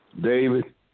David